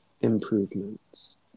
improvements